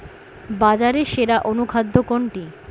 বাজারে সেরা অনুখাদ্য কোনটি?